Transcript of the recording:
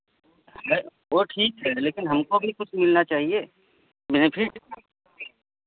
वह ठीक है लेकिन हमको भी कुछ मिलना चाहिए बेनिफिट